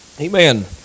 Amen